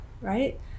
right